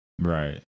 Right